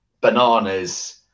Bananas